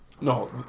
No